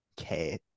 Okay